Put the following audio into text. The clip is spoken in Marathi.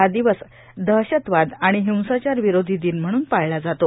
हा दिवस दहशतवाद आणि हिंसाचार विरोधी दिन म्हणून पाळल्या जातो